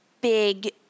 big